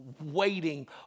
Waiting